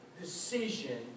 decision